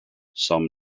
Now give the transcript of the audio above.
some